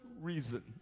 reason